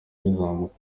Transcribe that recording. bizamuka